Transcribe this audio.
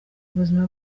ubuzima